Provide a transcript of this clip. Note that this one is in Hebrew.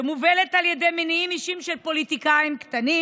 שמובלת על ידי מניעים אישיים של פוליטיקאים קטנים